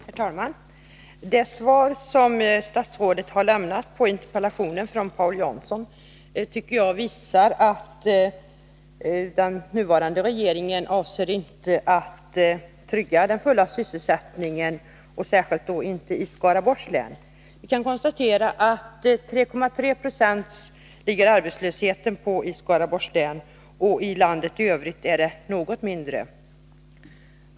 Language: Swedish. Herr talman! Det svar som statsrådet har lämnat på Paul Janssons interpellation tycker jag visar att den nuvarande regeringen inte avser att trygga den fulla sysselsättningen, särskilt inte i Skaraborgs län. Vi kan konstatera att arbetslösheten i Skaraborgs län ligger på 3,3 Jo. I landet i övrigt är den något mindre.